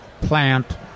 Plant